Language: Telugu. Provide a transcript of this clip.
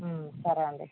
సరే అండి